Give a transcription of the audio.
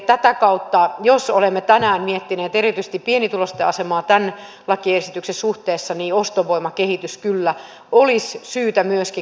tätä kautta jos olemme tänään miettineet erityisesti pienituloisten asemaa tämän lakiesityksen suhteessa ostovoiman kehitys kyllä olisi syytä myöskin katsoa